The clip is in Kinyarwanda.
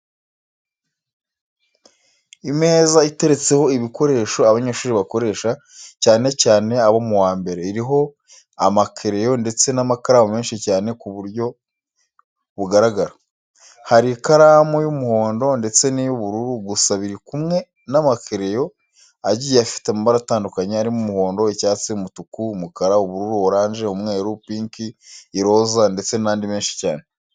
Imeza iteretseho ibikoresho abanyeshuri bakoresha, cyane cyane abo mu wa mbere, iriho amakereyo ndetse n'amakaramu menshi cyane ku buryo bugaragara. Hari ikaramu y'umuhondo ndetse n'iy'uburu, gusa biri kumwe n'amakereyo agiye afite amabara atandukanye arimo umuhondo, icyatsi, umutuku, umukara, ubururu, oranje, umweru, pinki, iroza ndetse n'andi menshi cyane.